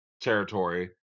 territory